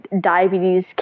Diabetes